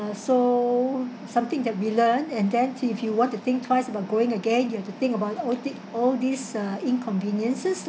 so something that we learn and then if you want to think twice about going again you have to think about all ti~ all these uh inconveniences